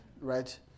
right